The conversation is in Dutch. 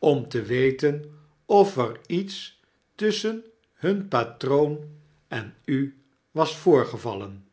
om te weten of eriets tusschen hun patroon en u was voorgevallen